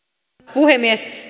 puhemies